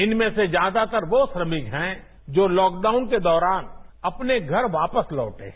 इनमें से ज्यादातर वो श्रमिक हैं जो लॉकडाउन के दौरान अपने घर वापस लौटे हैं